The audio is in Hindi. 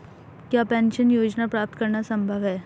क्या पेंशन योजना प्राप्त करना संभव है?